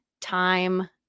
time